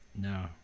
No